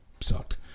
sucked